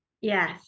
Yes